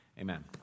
Amen